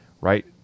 right